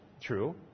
true